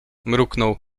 mruknął